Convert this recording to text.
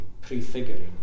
prefiguring